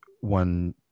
one